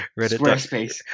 Squarespace